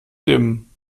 dimmen